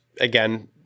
again